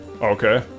Okay